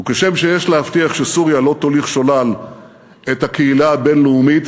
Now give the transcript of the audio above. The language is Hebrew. וכשם שיש להבטיח שסוריה לא תוליך שולל את הקהילה הבין-לאומית,